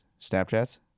Snapchats